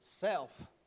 self